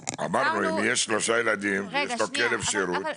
אמרנו, אם יש לו שלושה ילדים ויש לו כלב שירות.